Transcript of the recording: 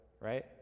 right